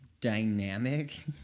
dynamic